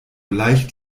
leicht